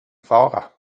fara